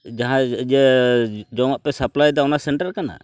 ᱡᱟᱦᱟᱸᱭ ᱤᱭᱟᱹ ᱡᱚᱢᱟᱜ ᱯᱮ ᱥᱟᱯᱞᱟᱭ ᱮᱫᱟ ᱚᱱᱟ ᱥᱮᱱᱴᱟᱨ ᱠᱟᱱᱟ